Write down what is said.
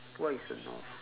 what is a nov~